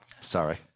Sorry